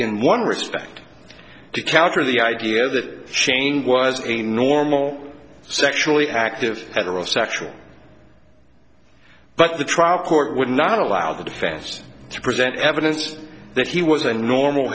in one respect to counter the idea that shane was a normal sexually active at a real sexual but the trial court would not allow the defense to present evidence that he was a normal